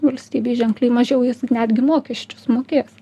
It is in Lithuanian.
valstybei ženkliai mažiau jis netgi mokesčius mokės